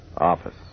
office